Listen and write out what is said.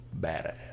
badass